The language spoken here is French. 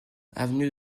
avenue